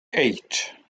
eight